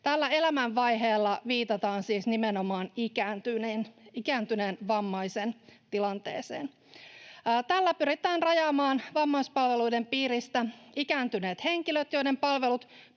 Tällä elämänvaiheella viitataan siis nimenomaan ikääntyneen vammaisen tilanteeseen. Tällä pyritään rajaamaan vammaispalveluiden piiristä ikääntyneet henkilöt, joiden palvelut